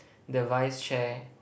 the vice chair